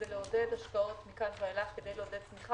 היא לעודד השקעות מכאן ואילך כדי לעודד צמיחה